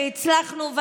והצלחנו.